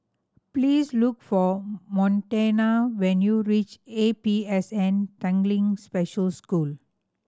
please look for Montana when you reach A P S N Tanglin Special School